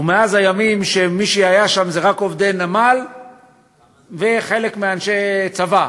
ומאז הימים שמי שהיו שם היו רק עובדי נמל וחלק מאנשי הצבא,